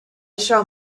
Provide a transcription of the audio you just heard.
shall